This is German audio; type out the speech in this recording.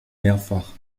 mehrfach